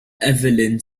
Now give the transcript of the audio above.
evelyn